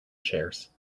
chairs